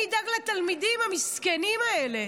מי ידאג לתלמידים המסכנים האלה,